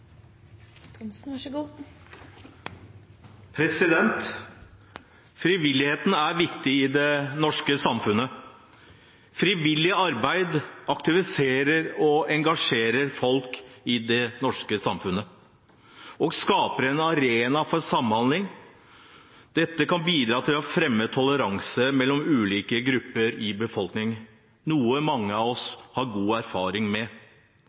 Frivilligheten er viktig i det norske samfunnet. Frivillig arbeid aktiviserer og engasjerer folk i det norske samfunnet og skaper en arena for samhandling. Dette kan bidra til å fremme toleranse mellom ulike grupper i befolkningen, noe mange av oss har god erfaring med.